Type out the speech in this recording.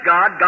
God